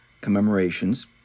commemorations